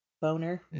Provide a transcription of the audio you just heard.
Boner